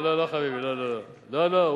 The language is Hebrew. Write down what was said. לא, לא, לא חביבי, לא, לא, לא.